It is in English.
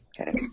Okay